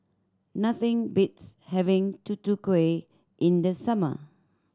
nothing beats having Tutu Kueh in the summer